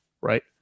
Right